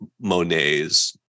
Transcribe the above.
Monet's